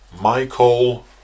Michael